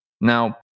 now